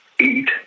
Eat